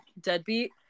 deadbeat